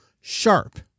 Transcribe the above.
sharp